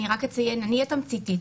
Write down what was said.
אני אהיה תמציתית,